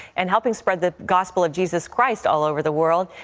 and helping spread the gospel of jesus christ all over the world,